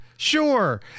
Sure